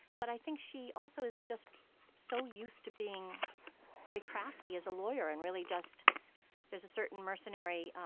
but i think she also is just so used to being very crafty as a lawyer and really just there's a certain mercenary